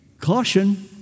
Caution